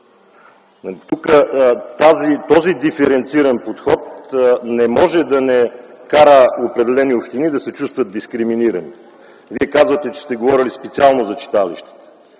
Този диференциран подход не може да не кара определени общини да се чувстват дискриминирани. Вие казвате, че сте говорили специално за читалищата.